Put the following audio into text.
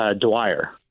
Dwyer